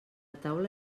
taula